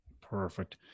Perfect